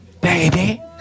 baby